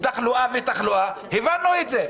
תחלואה ותחלואה הבנו את זה.